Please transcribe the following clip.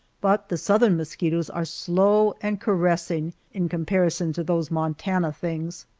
but the southern mosquitoes are slow and caressing in comparison to those montana things.